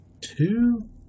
two